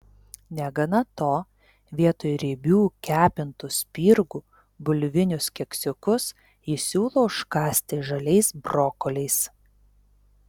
negana to vietoj riebių kepintų spirgų bulvinius keksiukus jis siūlo užkąsti žaliais brokoliais